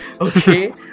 okay